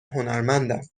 هنرمندم